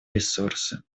ресурсы